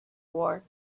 war